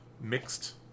mixed